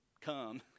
come